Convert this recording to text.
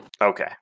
Okay